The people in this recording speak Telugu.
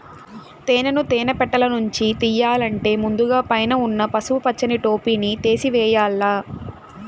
తేనెను తేనె పెట్టలనుంచి తియ్యల్లంటే ముందుగ పైన ఉన్న పసుపు పచ్చని టోపిని తేసివేయల్ల